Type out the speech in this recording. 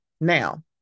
Now